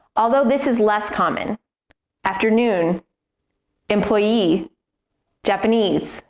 although this is less common afternoon employee japanese